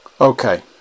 Okay